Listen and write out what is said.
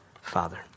Father